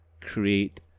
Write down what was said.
create